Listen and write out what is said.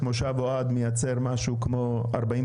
מושב אוהד מייצר כ-45%.